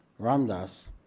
Ramdas